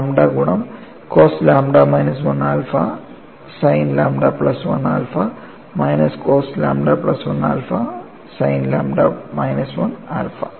lambda ഗുണം cos lambda minus 1 alpha sine lambda plus 1 alpha minus cos lambda plus 1 alpha sine lambda minus 1 alpha